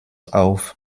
auf